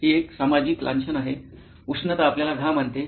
ही एक सामाजिक लांच्छन आहे उष्णता आपल्याला घाम आणते